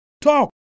Talk